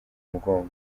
umugongo